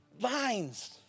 lines